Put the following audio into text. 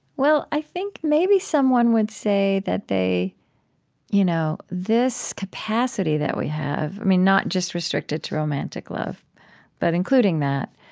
well, i think maybe someone would say that they you know this capacity that we have, not just restricted to romantic love but including that,